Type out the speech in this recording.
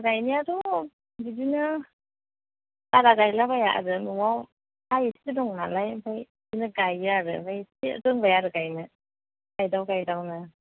गायनायाथ' बिदिनो बारा गायला बाया आरो न'आव हा एसे दं नालाय ओमफाय बेखौनो गायो आरो ओमफाय एसे रोंबाय आरो गायनो गायदाव गायदावनो